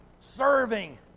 serving